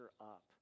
up